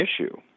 issue